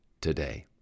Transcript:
today